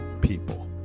people